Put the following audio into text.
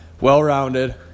well-rounded